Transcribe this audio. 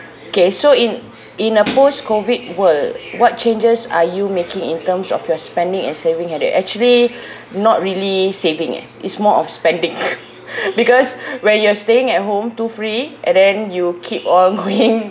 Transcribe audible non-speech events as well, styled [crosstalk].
okay so in in a post COVID world what changes are you making in terms of your spending and saving habit actually not really saving eh it's more of spending [laughs] because when you're staying at home too free and then you keep on going [laughs]